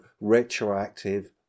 retroactive